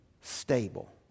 stable